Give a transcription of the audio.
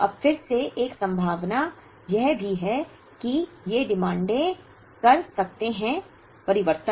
अब फिर से एक संभावना यह भी है कि ये मांगें कर सकते हैं परिवर्तन